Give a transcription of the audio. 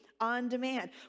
on-demand